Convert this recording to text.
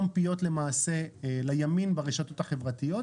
ולמשה לסתום פיות לימין ברשתות החברתיות.